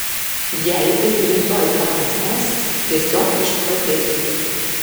jei ir rytoj tvanas tęsis tiesiog išprotėsiu